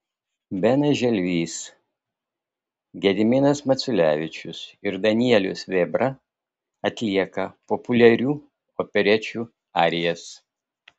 benas želvys gediminas maciulevičius ir danielius vėbra atlieka populiarių operečių arijas